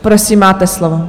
Prosím, máte slovo.